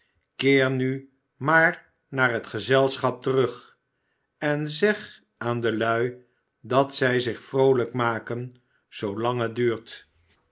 keer nu maar naar het gezelschap terug en zeg aan de lui dat zij zich vroolijk maken zoolang het duurt